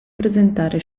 presentare